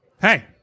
Hey